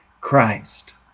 Christ